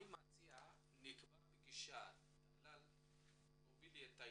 אני מציע שנקבע פגישה, טלל